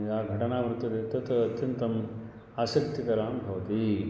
या घटना वर्तते तत् अत्यन्तम् आसक्तिकरा भवति